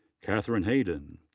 kathryn heyden.